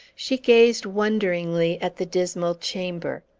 she gazed wonderingly at the dismal chamber.